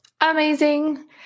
Amazing